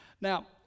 Now